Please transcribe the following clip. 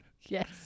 Yes